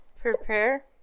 Prepare